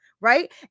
right